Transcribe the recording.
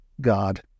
God